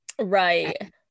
Right